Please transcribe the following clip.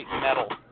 metal